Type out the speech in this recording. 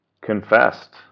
confessed